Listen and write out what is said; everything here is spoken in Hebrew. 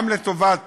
גם לטובת